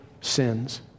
sins